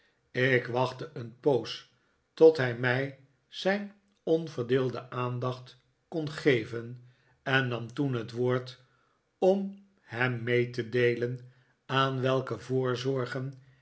ik wachtte een poos tot hij mij zijn onverdeelde aandacht kon geven en nam toen baas peggotty en ik zqeken s a m e n naar martha het woord om hem mee te deelen aan welke